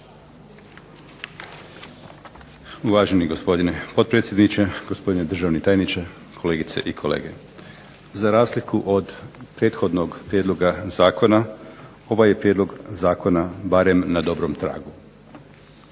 Uvaženi gospodine potpredsjedniče, gospodine državni tajniče, kolegice i kolege. Za razliku od prethodnog prijedloga zakona ovaj je prijedlog zakona barem na dobrom tragu